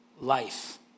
life